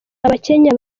abakenya